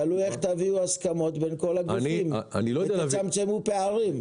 תלוי איך תביאו הסכמות בין כל הגופים ותצמצמו פערים.